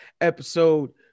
episode